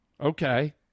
Okay